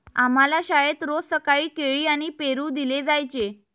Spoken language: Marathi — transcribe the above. आम्हाला शाळेत रोज सकाळी केळी आणि पेरू दिले जायचे